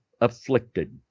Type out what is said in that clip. afflicted